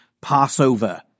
Passover